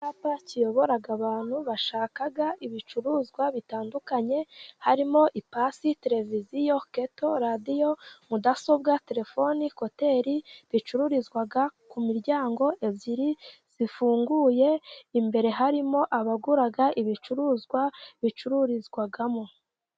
Icyapa kiyobora abantu bashaka ibicuruzwa bitandukanye, harimo ipasi, tereviziyo, keto, radiyo, mudasobwa, terefoni, koteri, bicururizwa ku miryango ebyiri, ifunguye, imbere harimo abagura ibicuruzwa bicururizwamo.